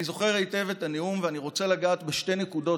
אני זוכר היטב את הנאום ואני רוצה לגעת בשתי נקודות